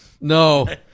No